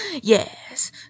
Yes